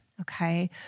Okay